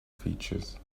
features